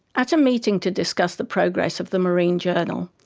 at a meeting to discuss the progress of the marine journal,